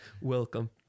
Welcome